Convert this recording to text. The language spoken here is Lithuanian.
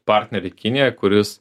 partnerį kinijoje kuris